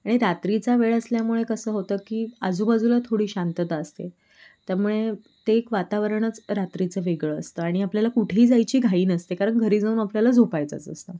आणि रात्रीचा वेळ असल्यामुळे कसं होतं की आजूबाजूला थोडी शांतता असते त्यामुळे ते एक वातावरणच रात्रीचं वेगळं असतं आणि आपल्याला कुठेही जायची घाई नसते कारण घरी जाऊन आपल्याला झोपायचंच असतं